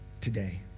today